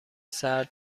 سرد